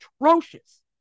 atrocious